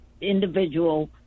individual